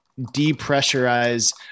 depressurize